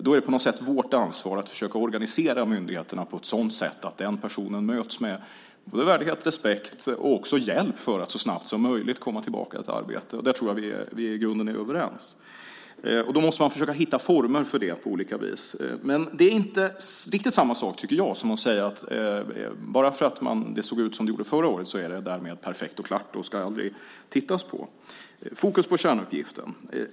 På något sätt är det vårt ansvar att försöka organisera myndigheterna på ett sådant sätt att den här personen möts både med värdighet och respekt och med hjälp för att så snabbt som möjligt kunna komma tillbaka i arbete. Där tror jag att vi i grunden är överens. Då gäller det att försöka hitta former för det på olika vis. Men det är inte riktigt samma sak, tycker jag, som att säga att bara för att det såg ut som det gjorde förra året är det därmed perfekt och klart och ska aldrig tittas på. Fokus ska alltså vara på kärnuppgifterna.